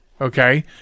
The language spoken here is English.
okay